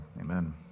Amen